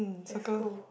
that's cool